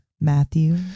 Matthew